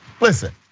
listen